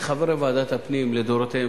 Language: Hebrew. כחבר ועדת הפנים לדורותיה,